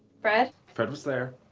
fred? fred was there.